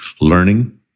learning